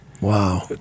Wow